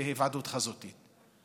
בהיוועדות חזותית.